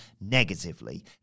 negatively